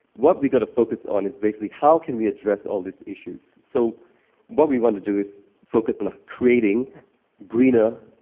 what we've got to focus on is basically how can we address all these issues? so what we want to do is focus on ah creating greener,